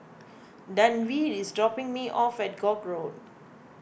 Denver is dropping me off at Koek Road